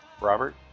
Robert